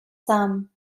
some